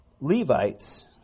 Levites